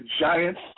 Giants